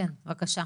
כן בבקשה.